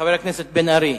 חבר הכנסת בן-ארי.